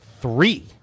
three